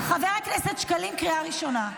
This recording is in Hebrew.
חבר הכנסת שקלים, קריאה ראשונה.